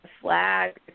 flag